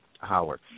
Howard